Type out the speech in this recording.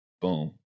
boom